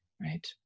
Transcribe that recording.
right